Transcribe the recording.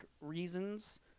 reasons